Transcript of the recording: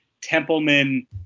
Templeman